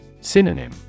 Synonym